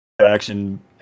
action